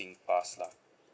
singpass lah